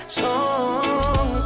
song